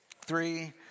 three